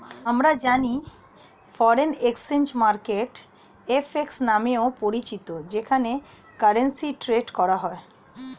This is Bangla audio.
আমরা জানি ফরেন এক্সচেঞ্জ মার্কেট এফ.এক্স নামেও পরিচিত যেখানে কারেন্সি ট্রেড করা হয়